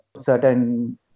certain